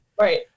Right